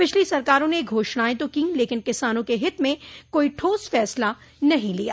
पिछली सरकारों ने घोषणाएं तो की लेकिन किसानों के हित में कोई ठोस फैसला नहीं लिया